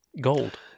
gold